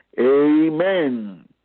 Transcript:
Amen